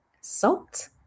salt